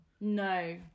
No